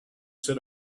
said